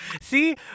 See